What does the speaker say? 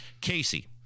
Casey